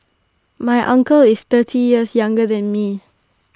my uncle is thirty years younger than me